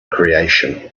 creation